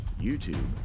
YouTube